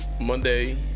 Monday